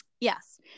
yes